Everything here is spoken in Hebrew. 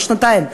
זה לא שנתיים,